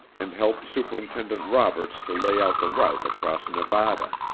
and helped superintendent roberts to lay out the route across nevada.